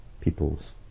peoples